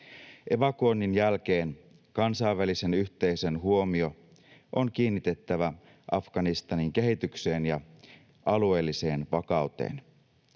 Evakuoinnin jälkeen kansainvälisen yhteisön huomio on kiinnitettävä Afganistanin kehitykseen ja alueelliseen vakauteen.